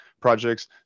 projects